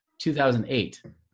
2008